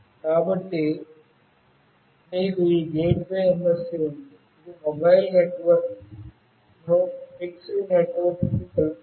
కాబట్టి మీకు ఈ గేట్వే MSC ఉంది ఇది మొబైల్ నెట్వర్క్ను ఫిక్స్డ్ నెట్వర్క్ కు కలుపుతుంది